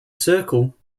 circle